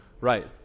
Right